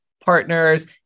partners